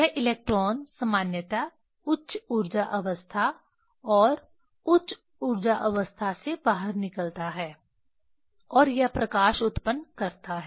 यह इलेक्ट्रॉन सामान्यतः उच्च ऊर्जा अवस्था और उच्च ऊर्जा अवस्था से बाहर निकलता है और यह प्रकाश उत्पन्न करता है